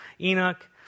Enoch